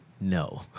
no